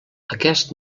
aquest